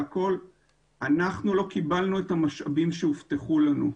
אנחנו לא קיבלנו את המשאבים שהובטחו לנו.